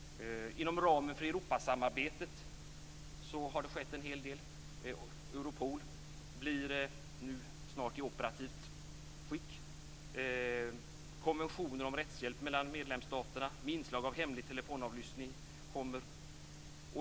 Inom ramen för Europasamarbetet har det skett en hel del. Europol blir snart i operativt skick. Konventioner om rättshjälp mellan medlemsstaterna med inslag av hemlig telefonavlyssning kommer.